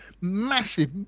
massive